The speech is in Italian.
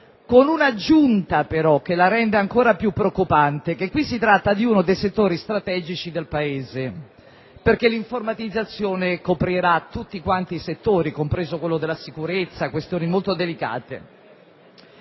con un'aggiunta, però, che la rende ancora più preoccupante: in questo caso, si tratta di uno dei settori strategici del Paese, perché l'informatizzazione coprirà tutti i settori, compreso quello della sicurezza, dunque sono questioni molto delicate.